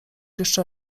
jeszcze